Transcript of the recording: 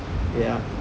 ya